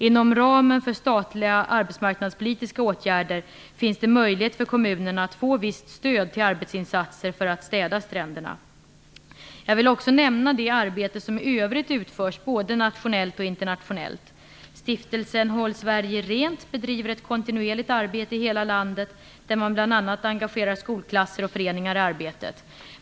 Inom ramen för statliga arbetsmarknadspolitiska åtgärder finns det möjlighet för kommunerna att få visst stöd till arbetsinsatser för att städa stränderna. Jag vill också nämna det arbete som i övrigt utförs både nationellt och internationellt. Stiftelsen Håll Sverige Rent bedriver ett kontinuerligt arbete i hela landet där man bl.a. engagerar skolklasser och föreningar i arbetet.